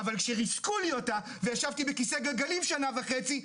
אבל כשריסקו לי אותה וישבתי בכסא גלגלים שנה וחצי,